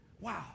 Wow